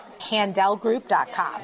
handelgroup.com